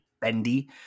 Bendy